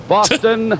Boston